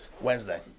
Wednesday